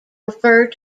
refer